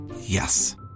Yes